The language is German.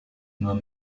nur